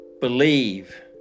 Believe